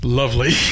lovely